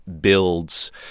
builds